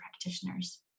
practitioners